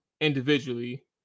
individually